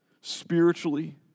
spiritually